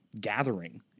gathering